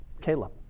Caleb